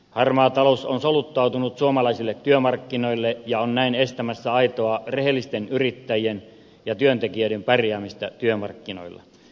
harmaa talous on soluttautunut suomalaisille työmarkkinoille ja on näin estämässä aitoa rehellisten yrittäjien ja työntekijöiden pärjäämistä työmarkkinoilla